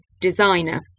designer